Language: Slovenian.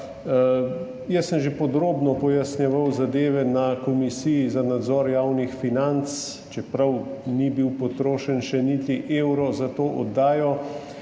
Jaz sem že podrobno pojasnjeval zadeve na Komisiji za nadzor javnih financ, čeprav ni bil potrošen še niti evro za to oddajo.